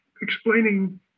explaining